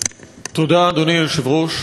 תודה, אדוני היושב-ראש.